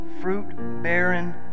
fruit-bearing